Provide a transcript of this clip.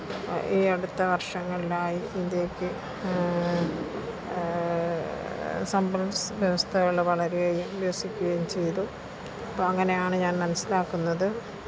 ഈ അടുത്ത വര്ഷങ്ങളിലായി ഇന്ത്യക്ക് സമ്പല്സ് വ്യവസ്ഥകൾ വളരേ വികസിക്കുകയും ചെയ്തു അപ്പം അങ്ങനെയാണ് ഞാന് മനസ്സിലാക്കുന്നത്